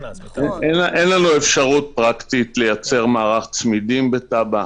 אין לנו אפשרות פרקטית לייצר מערך צמידים בטאבה.